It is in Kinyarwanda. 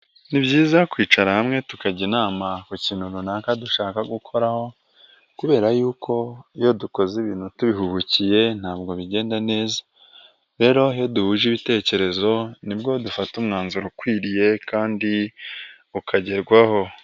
Ni byiza kwicara hamwe tukajya inama ku kintu runaka dushaka gukoraho, kubera yuko iyo dukoze ibintu tubihubukiye ntabwo bigenda neza. Rero iyo duhuje ibitekerezo nibwo dufata umwanzuro ukwiriye kandi ukagerwaho.